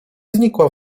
znikła